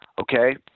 okay